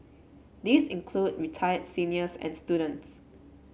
these include retired seniors and students